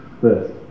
First